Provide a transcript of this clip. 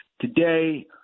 Today